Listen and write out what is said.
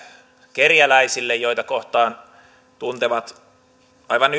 kerjäläisille joita kohtaan tuntevat aivan